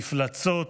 מפלצות,